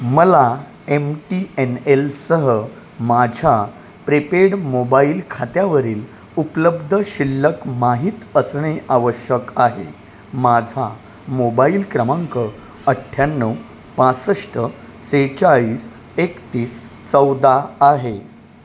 मला M T N एलसह माझ्या प्रिपेड मोबाईल खात्यावरील उपलब्ध शिल्लक माहीत असणे आवश्यक आहे माझा मोबाईल क्रमांक अठ्ठ्याण्णव पासष्ट सेहेचाळीस एकतीस चौदा आहे